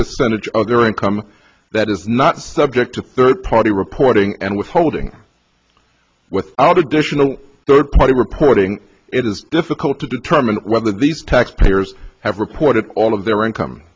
percentage of their income that is not subject to third party reporting and withholding without additional third party reporting it is difficult to determine whether these tax payers have reported all of their income